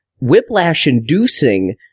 Whiplash-inducing